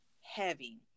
heavy